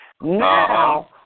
Now